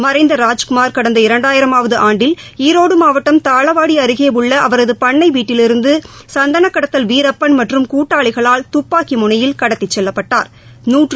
மறைந்த ராஜ்குமார் கடந்த இரண்டாயிரமாவது ஆண்டில் ஈரோடு மாவட்டம் தாளவாடி அருகே உள்ள அவரது பண்ணை வீட்டிலிருந்து சந்தனக் கடத்தல் வீரப்பன் மற்றும் கூட்டாளிகளால் துப்பாக்கி முனையில் கடத்திச் செல்லப்பட்டாா்